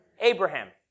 Abraham